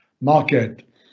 market